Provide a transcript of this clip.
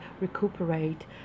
recuperate